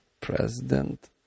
president